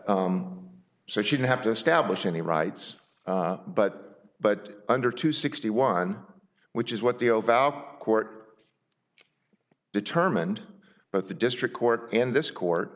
so she didn't have to establish any rights but but under two sixty one which is what the court determined but the district court and this court